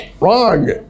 wrong